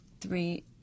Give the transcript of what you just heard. three